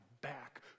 back